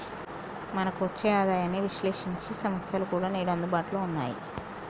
మనకు వచ్చే ఆదాయాన్ని విశ్లేశించే సంస్థలు కూడా నేడు అందుబాటులో ఉన్నాయి